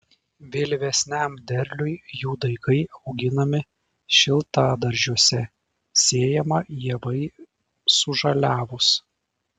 vėlyvesniam derliui jų daigai auginami šiltadaržiuose sėjama ievai sužaliavus